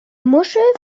muschel